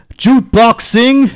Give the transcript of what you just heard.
jukeboxing